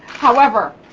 however,